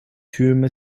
türme